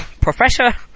Professor